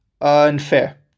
unfair